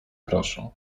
proszę